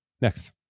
next